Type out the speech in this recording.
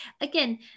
again